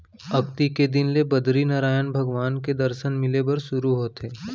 अक्ती के दिन ले बदरीनरायन भगवान के दरसन मिले बर सुरू होथे